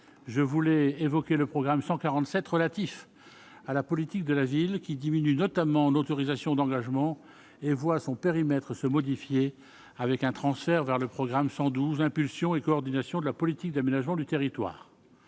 je voulais évoquer le programme 147 relatif à la politique de la ville qui diminuent notamment d'autorisations d'engagement et voit son périmètre se modifier avec un transfert vers le programme 112 impulsion et coordination de la politique d'aménagement du territoire,